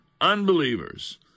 unbelievers